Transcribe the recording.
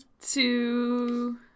two